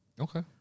okay